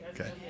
Okay